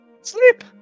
Sleep